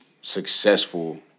successful